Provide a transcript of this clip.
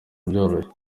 byoroshye